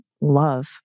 love